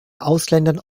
ausländern